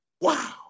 wow